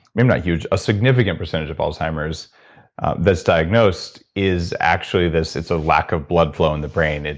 mean not huge. a significant percentage of alzheimer's that's diagnosed is actually this. it's a lack of blood flow in the brain. and